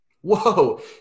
Whoa